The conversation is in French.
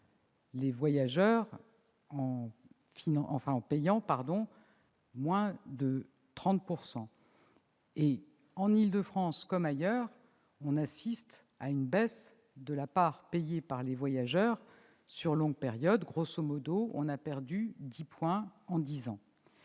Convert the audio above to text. les voyageurs en payant moins de 30 %. En Île-de-France comme ailleurs, on assiste à une baisse de la part payée par les voyageurs sur longue période ;, elle a diminué de dix points en dix ans.